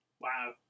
Wow